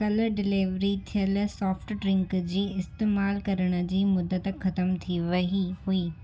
कल्ह डिलीवरी थियलु soft drink जी इस्तेमालु करण जी मुदत ख़तमु थी वेई हुई